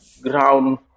ground